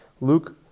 Luke